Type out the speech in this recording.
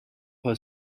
her